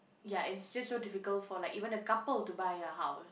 ya it's just so difficult for like even a couple to buy a house